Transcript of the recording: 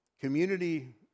community